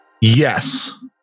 Yes